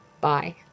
Bye